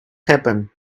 happen